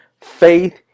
faith